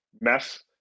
mess